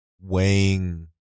Weighing